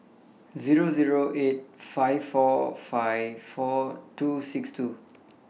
Zero Zero eight five four five four two six two